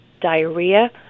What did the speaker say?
diarrhea